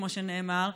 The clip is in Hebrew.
כמו שנאמר,